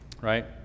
Right